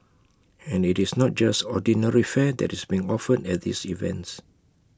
and IT is not just ordinary fare that is being offered at these events